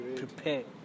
prepare